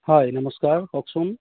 হয় নমস্কাৰ কওকচোন